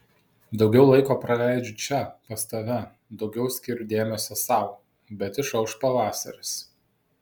daugiau laiko praleidžiu čia pas tave daugiau skiriu dėmesio sau bet išauš pavasaris